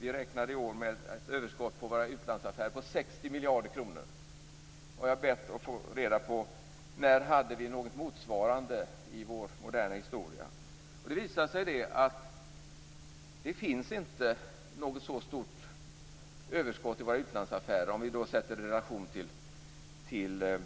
Vi räknar i år med ett överskott på våra utlandsaffärer på 60 miljarder kronor. Jag har bett att få reda på när vi hade något motsvarande i vår moderna historia. Det visar sig att det inte finns något så stort överskott i våra utlandsaffärer, sett i relation till